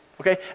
okay